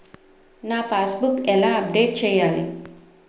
నా passbook ఎలా update చేయాలి?